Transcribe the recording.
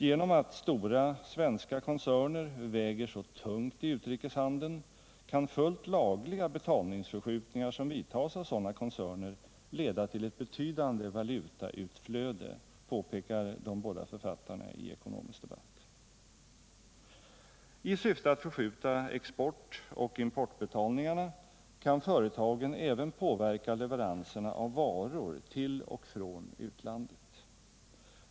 Genom att stora svenska koncerner väger så tungt i utrikeshandeln kan fullt lagliga betalningsförskjutningar som vidtages av sådana koncerner leda till ett betydande valutautflöde, påpekar de båda författarna i Ekonomisk Debatt. I syfte att förskjuta export och importbetalningarna kan företagen även påverka leveranserna av varor till och från utlandet.